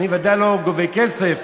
אני ודאי לא גובה כסף,